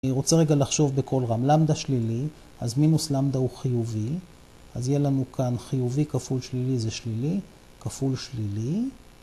אני רוצה רגע לחשוב בכל רם, Lamda שלילי, אז מינוס Lamda הוא חיובי, אז יהיה לנו כאן חיובי כפול שלילי זה שלילי, כפול שלילי.